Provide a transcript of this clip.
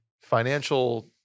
financial